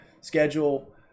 schedule